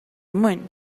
moon